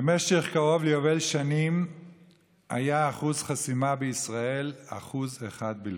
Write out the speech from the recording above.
במשך קרוב ליובל שנים היה אחוז החסימה בישראל 1% בלבד.